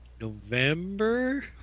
November